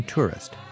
Tourist